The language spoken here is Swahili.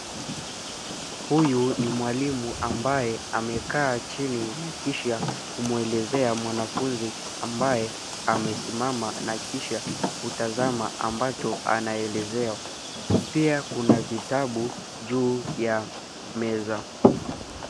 Huyu ni mwalimu ambaye amekaa chini na kisha kumuelezea mwanafunzi ambaye amesimama na kisha kutazama ambacho anaelezewa. Pia kuna vitabu juu ya meza.